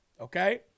okay